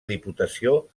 diputació